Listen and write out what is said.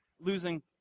losing